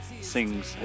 sings